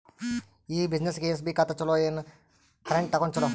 ಈ ಬ್ಯುಸಿನೆಸ್ಗೆ ಎಸ್.ಬಿ ಖಾತ ಚಲೋ ಏನು, ಕರೆಂಟ್ ಅಕೌಂಟ್ ಚಲೋ?